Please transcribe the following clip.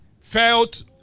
felt